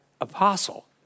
apostle